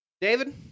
David